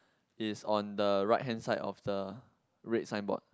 is on the right hand side of the red sign board